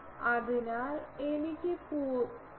അതിനാൽ എനിക്ക് 0